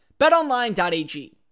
BetOnline.ag